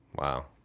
wow